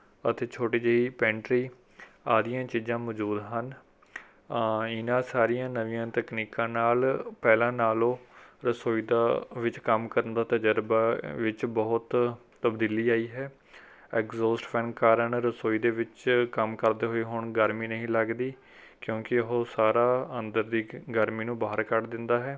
ਅਤੇ ਛੋਟੀ ਜਿਹੀ ਪੈਂਟਰੀ ਆਦੀਆਂ ਚੀਜ਼ਾਂ ਮੌਜੂਦ ਹਨ ਇਨ੍ਹਾਂ ਸਾਰੀਆਂ ਨਵੀਆਂ ਤਕਨੀਕਾਂ ਨਾਲ ਪਹਿਲਾਂ ਨਾਲੋਂ ਰਸੋਈ ਦਾ ਵਿੱਚ ਕੰਮ ਕਰਨ ਦਾ ਤਜਰਬਾ ਵਿੱਚ ਬਹੁਤ ਤਬਦੀਲੀ ਆਈ ਹੈ ਐਗਜ਼ੋਸਟ ਫੈਨ ਕਾਰਨ ਰਸੋਈ ਦੇ ਵਿੱਚ ਕੰਮ ਕਰਦੇ ਹੋਏ ਹੁਣ ਗਰਮੀ ਨਹੀਂ ਲੱਗਦੀ ਕਿਉਂਕਿ ਉਹ ਸਾਰਾ ਅੰਦਰ ਦੀ ਗਰਮੀ ਨੂੰ ਬਾਹਰ ਕੱਢ ਦਿੰਦਾ ਹੈ